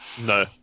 no